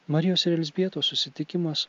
marijos ir elzbietos susitikimas